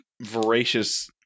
voracious